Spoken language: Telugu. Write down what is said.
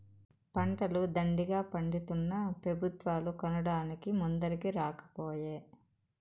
పంటలు దండిగా పండితున్నా పెబుత్వాలు కొనడానికి ముందరికి రాకపోయే